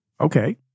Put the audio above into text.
Okay